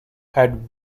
had